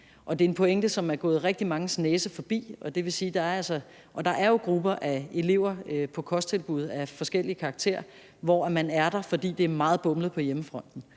det er en pointe, som er gået rigtig manges næse forbi. Og der er jo grupper af elever på kosttilbud af forskellig karakter, hvor man er der, fordi det er meget bumlet på hjemmefronten